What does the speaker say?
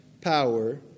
power